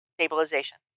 stabilization